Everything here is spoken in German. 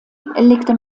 legte